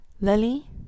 Lily